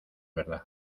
verdad